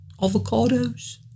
Avocados